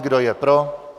Kdo je pro?